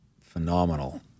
phenomenal